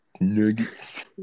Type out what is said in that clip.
Nuggets